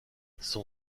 son